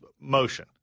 motion